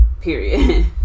Period